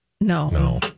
no